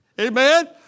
Amen